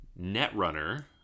Netrunner